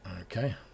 Okay